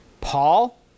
Paul